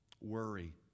Worry